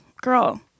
girl